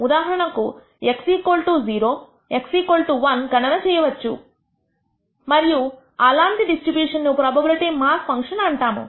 ఉదాహరణకుx0 x1 గణన చేయవచ్చు మరియు అలాంటి డిస్ట్రిబ్యూషన్ ను ప్రోబబిలిటీ మాస్ ఫంక్షన్ అంటాము